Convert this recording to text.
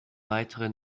weitere